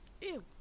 Ew